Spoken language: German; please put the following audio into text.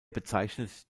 bezeichnet